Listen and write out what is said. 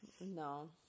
no